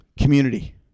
community